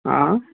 हा